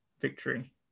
victory